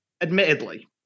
admittedly